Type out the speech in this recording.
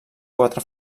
quatre